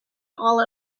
all